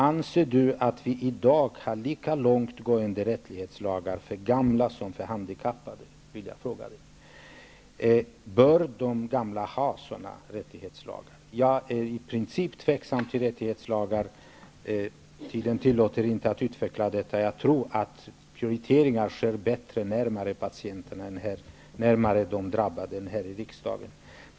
Anser Jan Andersson att vi i dag har en rättighetslagstiftning för de gamla som är lika långtgående som den rättighetslagstiftning som gäller de handikappade? Bör de gamla omfattas av sådana här rättighetslagar? I princip är jag tveksam till rättighetslagar. Tiden tillåter inte att jag utvecklar resonemanget ytterligare. Men jag vill säga att jag tror att prioriteringar blir bättre när de sker närmare de drabbade än oss i riksdagen.